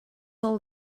all